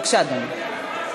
בבקשה, אדוני.